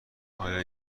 آیا